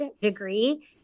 degree